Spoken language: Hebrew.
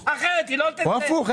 או הפוך.